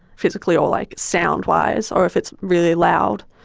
physically or like sound-wise or if it's really loud,